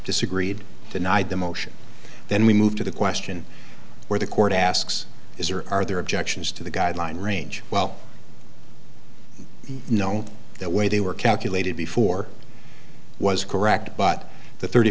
disagreed denied the motion then we moved to the question where the court asks is there are there objections to the guideline range well you know that way they were calculated before it was correct but the thirty